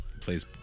Plays